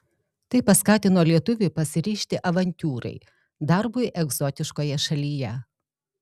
tai paskatino lietuvį pasiryžti avantiūrai darbui egzotiškoje šalyje